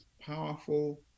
powerful